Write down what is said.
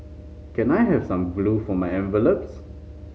can I have some glue for my envelopes